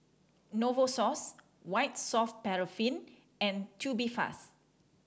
Novosource White Soft Paraffin and Tubifast